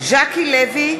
ז'קי לוי,